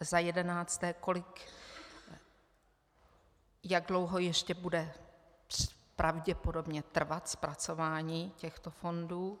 Za jedenácté, jak dlouho ještě bude pravděpodobně trvat zpracování těchto fondů.